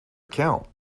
account